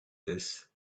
this